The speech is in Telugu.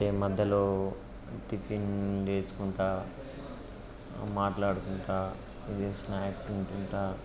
అయితే మధ్యలో టిఫిన్ చేసుకుంటూ మాట్లాడుకుంటూ ఇది స్నాక్స్ తింటుంటూ